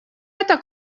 это